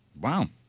Wow